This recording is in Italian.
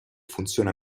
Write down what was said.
funziona